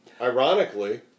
Ironically